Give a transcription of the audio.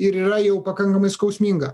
ir yra jau pakankamai skausminga